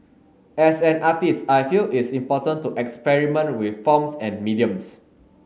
as an artist I feel it's important to experiment with forms and mediums